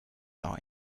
are